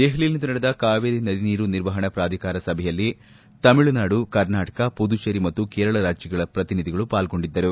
ದೆಹಲಿಯಲ್ಲಿಂದು ನಡೆದ ಕಾವೇರಿ ನದಿ ನೀರು ನಿರ್ವಹಣಾ ಪ್ರಾಧಿಕಾರ ಸಭೆಯಲ್ಲಿ ತಮಿಳುನಾಡು ಕರ್ನಾಟಕ ಮದುಚೇರಿ ಮತ್ತು ಕೇರಳ ರಾಜ್ಯಗಳ ಪ್ರತಿನಿಧಿಗಳು ಪಾಲ್ಗೊಂಡಿದ್ದರು